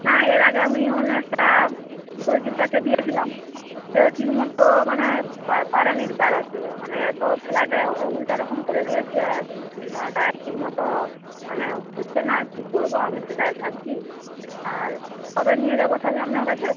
না এর আগে আমি অন্য একটা দর্জির কাছে দিয়েছিলাম সেও ঠিকমতো মানে পারেনি লাগাতে মানে এতো সেলাইটা উল্টারকম করে দিয়েছে আমার গায়ে ঠিকমতো মানে হচ্ছে না কি করবো আমি সেটাই ভাবছি আর কবে নিয়ে যাবো তাহলে আপনার কাছে